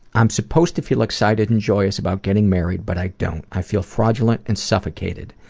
i'm supposed to feel excited and joyous about getting married but i don't. i feel fraudulent and suffocated.